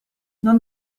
non